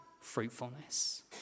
fruitfulness